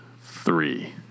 three